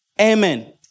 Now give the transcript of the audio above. Amen